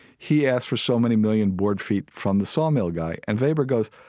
he asked for so many million board feet from the sawmill guy. and weber goes,